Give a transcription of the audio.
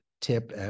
tip